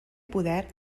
poder